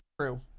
true